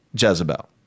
Jezebel